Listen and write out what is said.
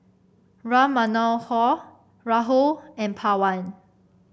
Ram Manohar Rahul and Pawan